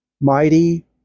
mighty